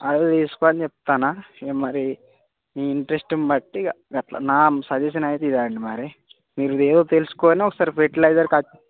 అది తీసుకో అని చెప్తున్నా ఇక మరి నీ ఇంటరెస్ట్ని బట్టి ఇక అట్లా నా సజ్జెషన్ అయితే ఇదే అండి మరి మీరు ఏవో తెలుసుకొని ఒకసారి ఫెర్టిలైజర్కి వచ్చి